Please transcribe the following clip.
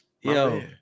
Yo